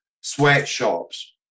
sweatshops